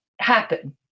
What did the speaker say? happen